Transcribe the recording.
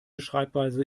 schreibweise